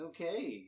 Okay